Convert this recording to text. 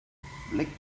flick